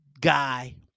Guy